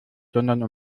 sondern